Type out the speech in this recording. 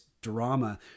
drama